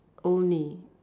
only